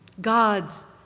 God's